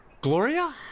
Gloria